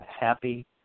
happy